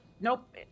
Nope